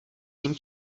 ním